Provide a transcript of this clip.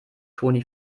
toni